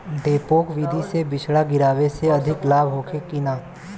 डेपोक विधि से बिचड़ा गिरावे से अधिक लाभ होखे की न?